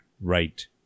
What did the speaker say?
right